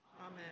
Amen